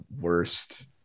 worst